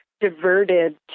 diverted